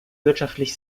wirtschaftlich